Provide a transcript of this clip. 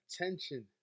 attention